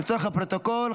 לצורך הפרוטוקול,